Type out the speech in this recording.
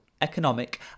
economic